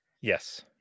Yes